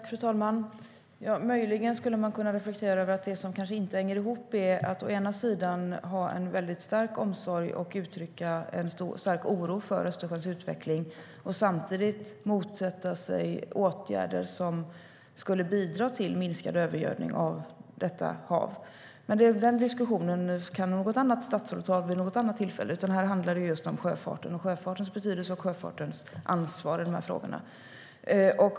Fru talman! Man kan möjligen reflektera över det som kanske inte hänger ihop, nämligen att å ena sidan ha en väldigt stark omsorg om och uttrycka en stark oro för Östersjöns utveckling och å andra sidan motsätta sig åtgärder som skulle bidra till minskad övergödning av detta hav. Men den diskussionen kan något annat statsråd ta vid ett annat tillfälle. Här handlar det om sjöfarten och sjöfartens betydelse och ansvar i de här frågorna.